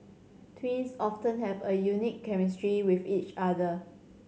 twins often have a unique chemistry with each other